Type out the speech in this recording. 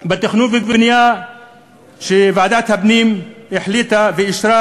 בתכנון ובבנייה שוועדת הפנים החליטה ואישרה,